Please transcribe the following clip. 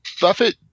Buffett